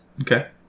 Okay